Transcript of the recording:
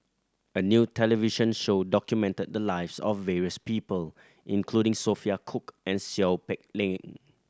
a new television show documented the lives of various people including Sophia Cooke and Seow Peck Leng